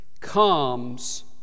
comes